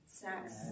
snacks